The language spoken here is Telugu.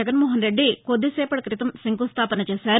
జగన్మోహనరెడ్డి కొద్దిసేపటి క్రీతం శంకుస్థాపన చేశారు